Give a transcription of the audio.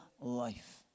life